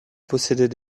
possédait